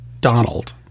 Donald